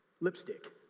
Lipstick